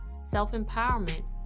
self-empowerment